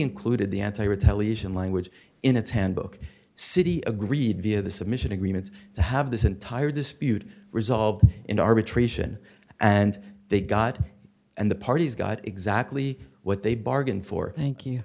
included the anti retaliation language in its handbook city agreed via the submission agreements to have this entire dispute resolved in arbitration and they got and the parties got exactly what they bargained for thank you